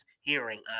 hearing